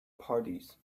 parties